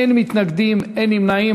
אין מתנגדים, אין נמנעים.